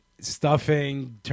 Stuffing